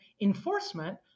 enforcement